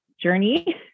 journey